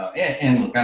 and